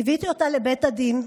ליוויתי אותה לבית הדין,